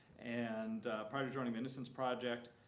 and prior to joining the innocence project,